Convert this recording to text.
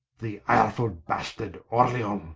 the irefull bastard orleance,